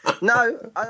No